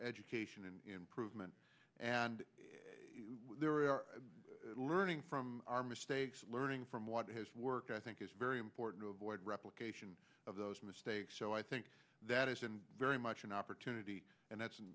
education and improvement and learning from our mistakes learning from what has worked i think is very important to avoid replication of those mistakes so i that isn't very much an opportunity and that's and